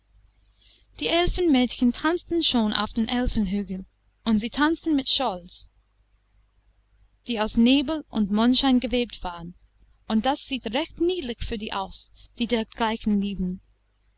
die elfenmädchen tanzten schon auf dem elfenhügel und sie tanzten mit shawls die aus nebel und mondschein gewebt waren und das sieht recht niedlich für die aus die dergleichen lieben